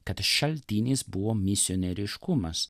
kad šaltinis buvo misionieriškumas